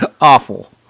awful